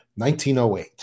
1908